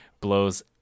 blows